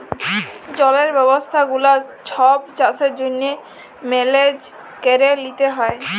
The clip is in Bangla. জলের ব্যবস্থা গুলা ছব চাষের জ্যনহে মেলেজ ক্যরে লিতে হ্যয়